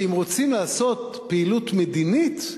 שאם רוצים לעשות פעילות מדינית,